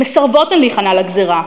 שמסרבות הן להיכנע לגזירה,